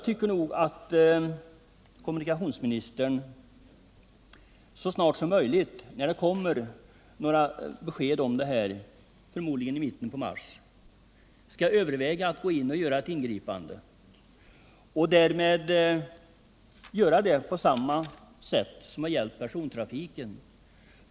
När det kommer ett besked i denna fråga, vilket det förmodligen gör i mitten på mars, tycker jag att kommunikationsministern skall överväga att så snart som möjligt göra ett ingripande på samma sätt som skedde när det gällde persontrafiken.